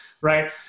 right